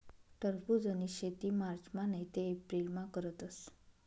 टरबुजनी शेती मार्चमा नैते एप्रिलमा करतस